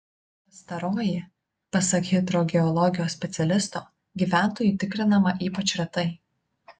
pastaroji pasak hidrogeologijos specialisto gyventojų tikrinama ypač retai